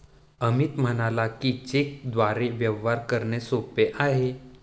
अमित म्हणाला की, चेकद्वारे व्यवहार करणे सोपे आहे